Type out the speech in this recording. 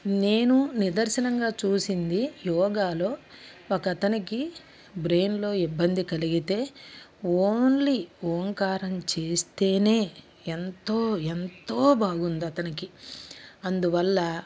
నేను నిదర్శనంగా చూసింది యోగాలో ఒక అతనికి బ్రెయిన్లో ఇబ్బంది కలిగితే ఓన్లీ ఓం కారం చేస్తేనే ఎంతో ఎంతో బాగుంది అతనికి అందువల్ల